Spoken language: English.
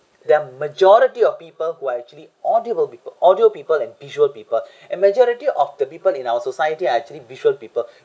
there are majority of people who are actually audible audio people and visual people and majority of the people in our society are actually visual people